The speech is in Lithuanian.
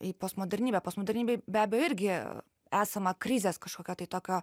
į postmodernybę postmodernybėj be abejo irgi esama krizės kažkokio tai tokio